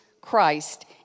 Christ